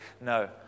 No